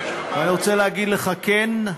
אני רוצה להגיד לך: כן,